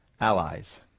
allies